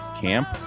Camp